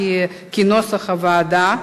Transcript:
כנוסח הוועדה.